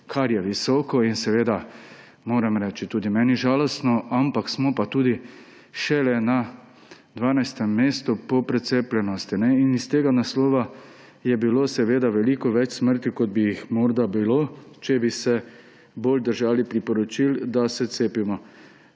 kar je visoko, in moram reči, tudi meni žalostno, ampak smo pa tudi šele na 12. mestu po precepljenosti. In iz tega naslova je bilo veliko več smrti, kot bi jih morda bilo, če bi se bolj držali priporočil, da se cepimo.